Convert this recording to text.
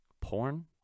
porn